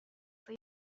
for